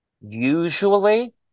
usually